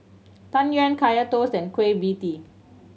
Tang Yuen Kaya Toast and Kueh Pie Tee